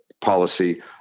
policy